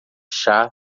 chá